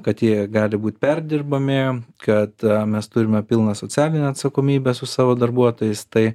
kad jie gali būt perdirbami kad mes turime pilną socialinę atsakomybę su savo darbuotojais tai